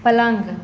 पलंग